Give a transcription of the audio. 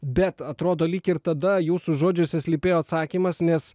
bet atrodo lyg ir tada jūsų žodžiuose slypėjo atsakymas nes